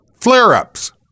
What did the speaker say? Flare-ups